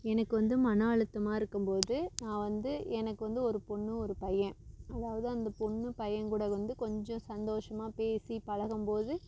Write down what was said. எனக்கு வந்து மன அழுத்தமா இருக்கும்போது நான் வந்து எனக்கு வந்து ஒரு பொண்ணு ஒரு பையன் அதாவது அந்த பொண்ணு பையங்கூட வந்து கொஞ்சம் சந்தோஷமாக பேசி பழகம்போது